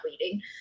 leading